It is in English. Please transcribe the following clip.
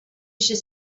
should